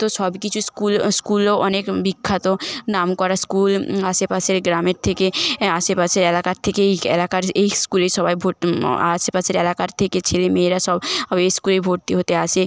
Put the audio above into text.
তো সব কিছু স্কুলও স্কুলও অনেক বিখ্যাত নাম করা স্কুল আশেপাশের গ্রামের থেকে আশেপাশে এলাকার থেকে এই এলাকার এই স্কুলে সবাই ভর্তি আশেপাশের এলাকার থেকে ছেলে মেয়েরা সব এই স্কুলে ভর্তি হতে আসে